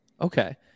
okay